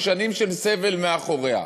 ששנים של סבל מאחוריה.